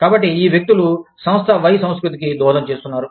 కాబట్టి ఈ వ్యక్తులు సంస్థ Y సంస్కృతికి దోహదం చేస్తున్నారు